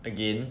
again